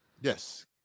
yes